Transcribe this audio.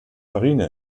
marine